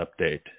update